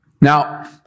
Now